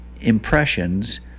impressions